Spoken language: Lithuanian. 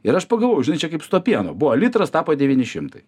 ir aš pagalvojau žinai čia kaip su tuo pienu buvo litras tapo devyni šimtai